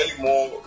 more